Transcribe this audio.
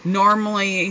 normally